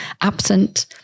absent